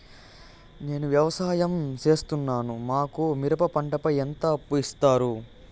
నేను వ్యవసాయం సేస్తున్నాను, మాకు మిరప పంటపై ఎంత అప్పు ఇస్తారు